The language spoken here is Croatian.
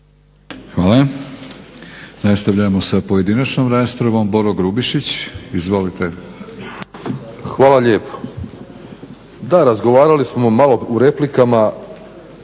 Hvala. Nastavljamo sa pojedinačnom raspravom. Boro Grubišić, izvolite. **Grubišić, Boro (HDSSB)** Hvala lijepo. Da razgovarali smo malo u replikama